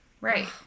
Right